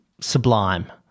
sublime